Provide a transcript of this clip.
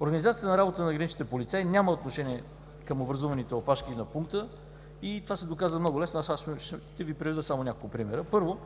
Организацията на работата на граничните полицаи няма отношение към образуваните опашки на пункта и това се доказа много лесно. Аз ще Ви приведа само няколко примера. Първо,